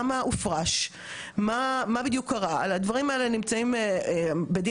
הדברים האלה נמצאים בדין ודברים עם רשות האוכלוסין כבר חודשים ושנים,